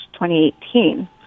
2018